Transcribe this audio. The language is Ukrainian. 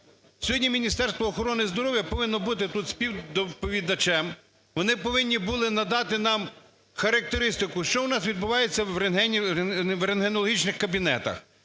Сьогодні Міністерство охорони здоров'я повинно бути тут співдоповідачем, вони повинні були надати нам характеристику, що у нас відбувається в рентгенологічних кабінетах,